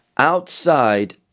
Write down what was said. outside